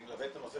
אני מלווה את נושא